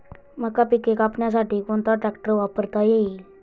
मका पिके कापण्यासाठी कोणता ट्रॅक्टर वापरता येईल?